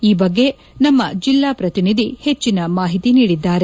ಈ ಬಗ್ಗೆ ನಮ್ಮ ಜಿಲ್ಲಾ ಪ್ರತಿನಿಧಿ ಹೆಚ್ಚಿನ ಮಾಹಿತಿ ನೀಡಿದ್ದಾರೆ